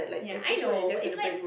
ya I know but it's like